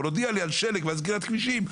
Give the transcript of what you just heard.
להודיע לי על שלג ועל סגירת כבישים,